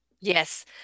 yes